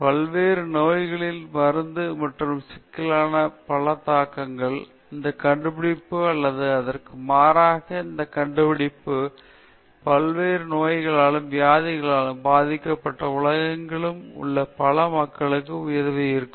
பல்வேறு நோய்களின் மருந்து மற்றும் சிகிச்சைக்கான பல தாக்கங்கள் இந்த கண்டுபிடிப்பு அல்லது அதற்கு மாறாக இந்த கண்டுபிடிப்பு பல்வேறு நோய்களாலும் வியாதிகளாலும் பாதிக்கப்பட்ட உலகெங்கிலும் உள்ள பல மக்களுக்கு உதவியிருக்கும்